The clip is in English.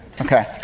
Okay